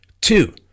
two